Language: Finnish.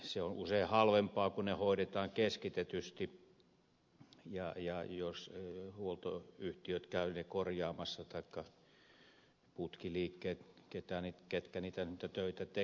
se on usein halvempaa kun se hoidetaan keskitetysti jos huoltoyhtiöt käyvät ne korjaamassa taikka putkiliikkeet ketkä niitä töitä tekevätkin